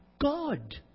God